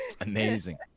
amazing